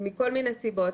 מכל מיני סיבות.